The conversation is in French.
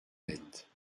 bête